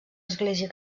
església